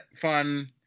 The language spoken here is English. fun